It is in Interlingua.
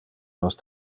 nos